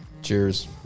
Cheers